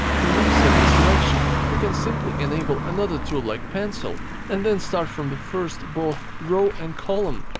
to reset the selection you can simply enable another tool like pencil and then start from the first both row and column!